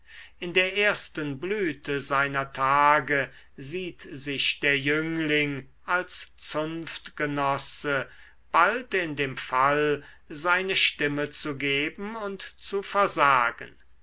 in der ersten blüte seiner tage sieht sich der jüngling als zunftgenosse bald in dem fall seine stimme zu geben und zu versagen